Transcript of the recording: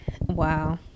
Wow